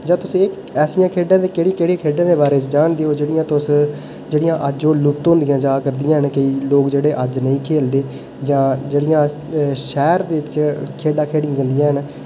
जां तुसें गी ऐसियां खेढें दी केह्ड़ी केह्ड़ी खेढें दे बारे च जानदे ओह् जेह्ड़ियां तुस जेह्ड़ियां अज्ज ओह् लुप्त होंदियां जा करदियां न केईं लोग जेह्ड़े अज्ज नेईं खेल्लदे जां जेह्ड़ियां शैह्र दे बिच खेढां खेढियां जंदियां न